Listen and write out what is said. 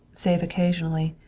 save occasionally,